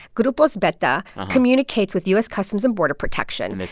grupos beta communicates with u s. customs and border protection.